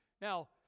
now